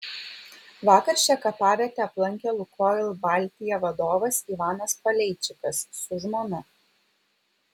vakar šią kapavietę aplankė lukoil baltija vadovas ivanas paleičikas su žmona